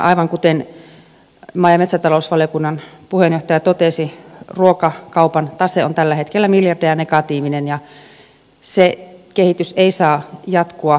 aivan kuten maa ja metsätalousvaliokunnan puheenjohtaja totesi ruokakaupan tase on tällä hetkellä miljardeja negatiivinen ja se kehitys ei saa jatkua